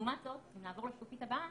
לעומת זאת אם נעבור לשקופית הבאה,